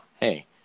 hey